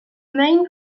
main